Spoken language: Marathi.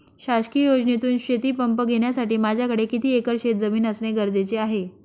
शासकीय योजनेतून शेतीपंप घेण्यासाठी माझ्याकडे किती एकर शेतजमीन असणे गरजेचे आहे?